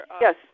yes